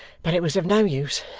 but it was of no use.